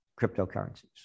cryptocurrencies